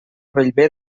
bellver